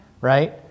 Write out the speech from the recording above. Right